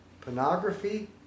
pornography